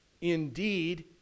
indeed